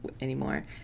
anymore